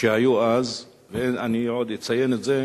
שהיו אז, ואני אציין את זה